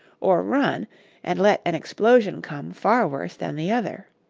or run and let an explosion come far worse than the other.